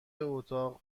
اتاق